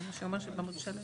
אני אגיד לך.